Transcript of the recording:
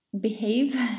behave